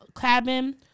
cabin